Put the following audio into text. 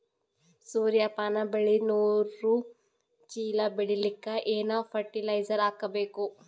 ಸೂರ್ಯಪಾನ ಬೆಳಿ ನೂರು ಚೀಳ ಬೆಳೆಲಿಕ ಏನ ಫರಟಿಲೈಜರ ಹಾಕಬೇಕು?